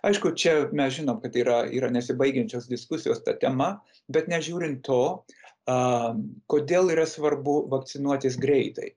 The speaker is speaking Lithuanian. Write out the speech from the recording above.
aišku čia mes žinom kad yra yra nesibaigiančios diskusijos ta tema bet nežiūrint to a kodėl yra svarbu vakcinuotis greitai